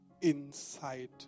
inside